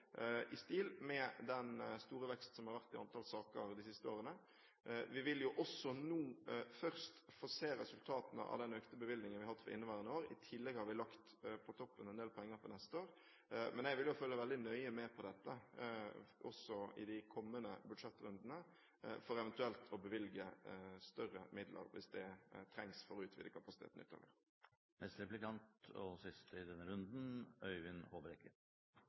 i stil med den store vekst som har vært i antall saker de siste årene. Vi vil nå først få se resultatene av den økte bevilgningen vi har hatt i inneværende år. I tillegg har vi på toppen lagt en del penger for neste år. Jeg vil følge veldig nøye med på dette, også i de kommende budsjettrundene, for eventuelt å bevilge større midler hvis det trengs for å utvide kapasiteten